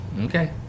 okay